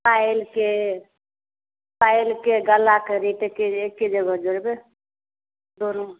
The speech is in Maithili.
पायलके पायलके गलाके रेट एक्के जगह जोड़बै दुनू